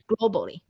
globally